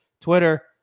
twitter